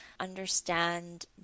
understand